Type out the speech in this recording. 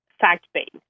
fact-based